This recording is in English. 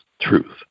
truth